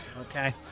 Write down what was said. okay